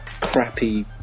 crappy